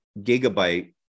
gigabyte